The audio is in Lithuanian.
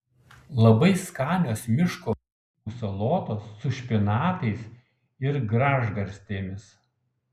labai skanios miško grybų salotos su špinatais ir gražgarstėmis